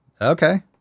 Okay